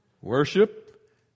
Worship